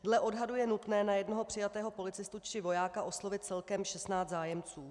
Dle odhadu je nutné na jednoho přijatého policistu či vojáka oslovit celkem 16 zájemců.